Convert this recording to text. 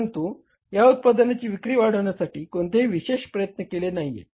परंतु या उत्पादनाची विक्री वाढविण्यासाठी कोणतेही विशेष प्रयत्न केले जात नाहीयेत